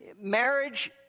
Marriage